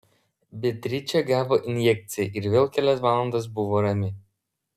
beatričė gavo injekciją ir vėl kelias valandas buvo rami